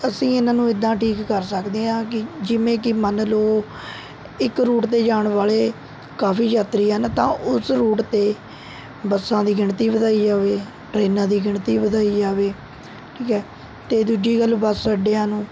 ਅਸੀਂ ਇਹਨਾਂ ਨੂੰ ਇੱਦਾਂ ਠੀਕ ਕਰ ਸਕਦੇ ਹਾਂ ਕਿ ਜਿਵੇਂ ਕਿ ਮੰਨ ਲਉ ਇੱਕ ਰੂਟ 'ਤੇ ਜਾਣ ਵਾਲੇ ਕਾਫ਼ੀ ਯਾਤਰੀ ਹਨ ਤਾਂ ਉਸ ਰੂਟ 'ਤੇ ਬੱਸਾਂ ਦੀ ਗਿਣਤੀ ਵਧਾਈ ਜਾਵੇ ਟਰੇਨਾਂ ਦੀ ਗਿਣਤੀ ਵਧਾਈ ਜਾਵੇ ਠੀਕ ਹੈ ਅਤੇ ਦੂਜੀ ਗੱਲ ਬੱਸ ਅੱਡਿਆਂ ਨੂੰ